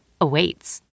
awaits